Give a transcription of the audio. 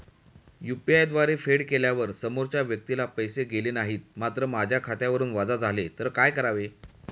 UPI द्वारे फेड केल्यावर समोरच्या व्यक्तीला पैसे गेले नाहीत मात्र माझ्या खात्यावरून वजा झाले तर काय करावे?